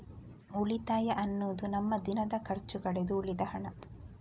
ಉಳಿತಾಯ ಅನ್ನುದು ನಮ್ಮ ದಿನದ ಖರ್ಚು ಕಳೆದು ಉಳಿದ ಹಣ